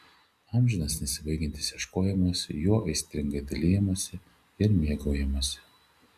amžinas nesibaigiantis ieškojimas juo aistringai dalijamasi ir mėgaujamasi